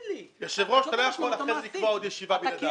היושב-ראש, אתה לא יכול לקבוע ישיבה בלעדיו.